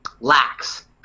lacks